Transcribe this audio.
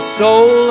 soul